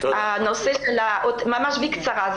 ממש בקצרה.